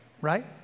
right